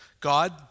God